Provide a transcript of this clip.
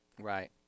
right